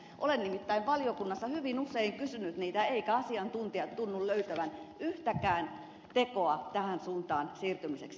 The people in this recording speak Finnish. olen nimittäin valiokunnassa hyvin usein kysynyt niitä eivätkä asiantuntijat tunnu löytävän yhtäkään tekoa tähän suuntaan siirtymiseksi